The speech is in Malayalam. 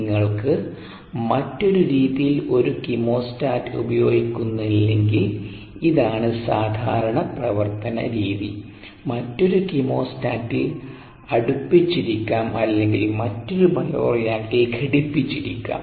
നിങ്ങൾ മറ്റൊരു രീതിയിൽ ഒരു കീമോസ്റ്റാറ്റ് ഉപയോഗിക്കുന്നില്ലെങ്കിൽ ഇതാണ് സാധാരണ പ്രവർത്തന രീതി മറ്റൊരു കീമോസ്റ്റാറ്റിൽ അടുപ്പിച്ചിരിക്കാം അല്ലെങ്കിൽ മറ്റൊരു ബയോ റിയാക്ടറിൽ ഘടിപ്പിച്ചിരിക്കാം